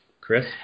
Chris